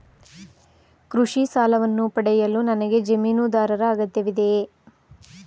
ಕೃಷಿ ಸಾಲವನ್ನು ಪಡೆಯಲು ನನಗೆ ಜಮೀನುದಾರರ ಅಗತ್ಯವಿದೆಯೇ?